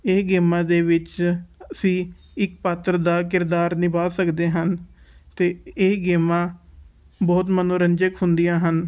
ਇਹ ਗੇਮਾਂ ਦੇ ਵਿੱਚ ਅਸੀਂ ਇੱਕ ਪਾਤਰ ਦਾ ਕਿਰਦਾਰ ਨਿਭਾਅ ਸਕਦੇ ਹਨ ਅਤੇ ਇਹ ਗੇਮਾਂ ਬਹੁਤ ਮਨੋਰੰਜਕ ਹੁੰਦੀਆਂ ਹਨ